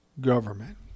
government